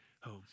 home